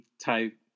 type